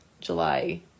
July